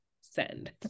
send